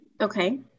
Okay